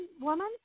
woman